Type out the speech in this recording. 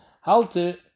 halter